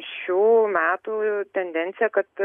šių metų tendencija kad